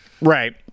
right